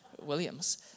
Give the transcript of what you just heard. Williams